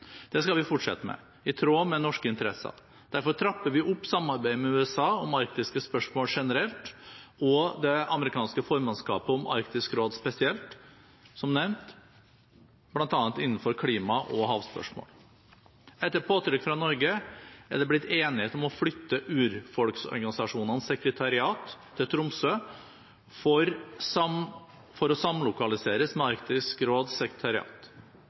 Det skal vi fortsette med, i tråd med norske interesser. Derfor trapper vi opp samarbeidet med USA om arktiske spørsmål generelt og det amerikanske formannskapet om Arktisk råd spesielt, som nevnt, bl.a. innenfor klima- og havspørsmål. Etter påtrykk fra Norge er det blitt enighet om å flytte urfolksorganisasjonenes sekretariat til Tromsø for å samlokaliseres med Arktisk råds sekretariat.